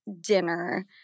dinner